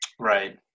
Right